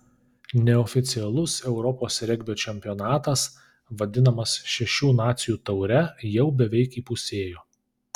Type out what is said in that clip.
neoficialus europos regbio čempionatas vadinamas šešių nacijų taure jau beveik įpusėjo